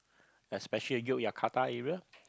especially Yogyakarta area